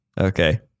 Okay